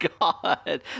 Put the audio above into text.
God